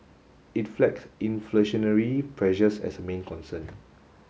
it flagged inflationary pressures as a main concern